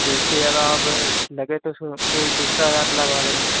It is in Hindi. तो उसकी जगह आप लगे तो उसमें कोई दूसरा दाँत लगवा देना